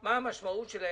מה המשמעות של זה.